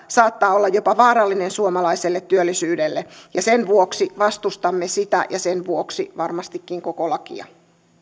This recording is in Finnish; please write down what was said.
saattaa olla jopa vaarallinen suomalaiselle työllisyydelle ja sen vuoksi vastustamme sitä ja sen vuoksi varmastikin koko lakia